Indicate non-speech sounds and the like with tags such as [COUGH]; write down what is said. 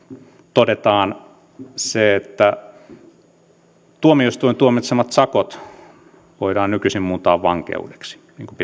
todetaan se että tuomioistuimen tuomitsemat sakot voidaan nykyisin muuntaa vankeudeksi niin kuin [UNINTELLIGIBLE]